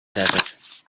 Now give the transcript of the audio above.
desert